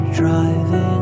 driving